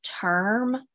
term